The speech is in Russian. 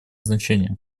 значение